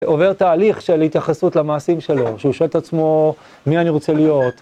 עובר תהליך של התייחסות למעשים שלו, שהוא שואל את עצמו מי אני רוצה להיות.